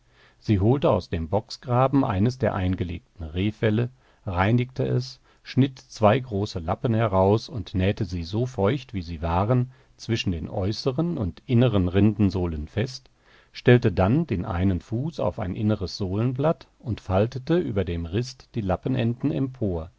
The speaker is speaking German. sie holte aus dem bocksgraben eines der eingelegten rehfelle reinigte es schnitt zwei große lappen heraus und nähte sie so feucht wie sie waren zwischen den äußeren und inneren rindensohlen fest stellte dann den einen fuß auf ein inneres sohlenblatt und faltete über dem rist die lappenenden empor